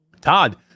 Todd